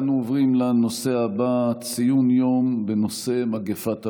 אנו עוברים לנושא הבא: ציון יום בנושא מגפת הבדידות,